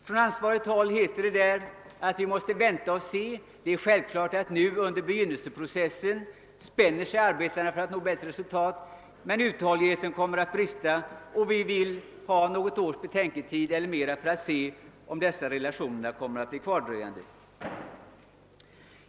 Från ansvarigt håll hette det då att man måste vänta och se; det är självklart att arbetarna under begynnelseprocessen ställer in sig på att nå bättre resultat, men det kommer att brista i uthållighet. Vi vill därför ha något års betänketid eller mera för att se om dessa relationer kommer att bli bestående, sade man.